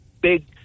big